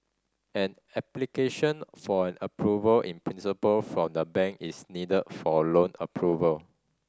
an application for an Approval in Principle from the bank is needed for loan approval